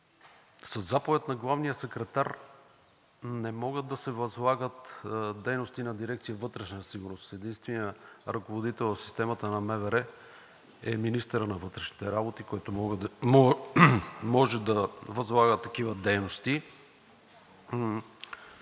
със заповед на главния секретар не могат да се възлагат дейности на дирекция „Вътрешна сигурност“. Единственият ръководител в системата на МВР е министърът на вътрешните работи, който може да възлага такива дейности.